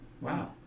Wow